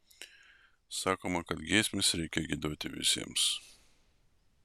sakoma kad giesmes reikia giedoti visiems